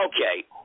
Okay